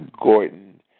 Gordon